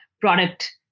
product